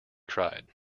cried